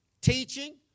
teaching